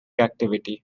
activity